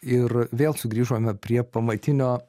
ir vėl sugrįžome prie pamatinio